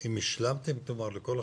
אם השלמתם לכל החללים?